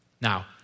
Now